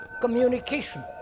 communication